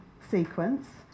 sequence